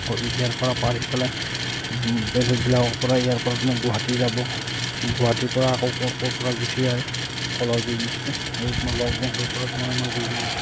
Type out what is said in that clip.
কল ইয়াৰপৰা পাৰি পেলাই বেলেগবিলাকৰপৰা ইয়াৰপৰা তাৰমানে তোমাৰ গুৱাহাটী যাব গুৱাহাটীৰপৰা আকৌ ক'ৰ ক'ৰপৰা গুচি যায় কলৰ বিজনেচটো সেই লগৰ বন্ধপৰা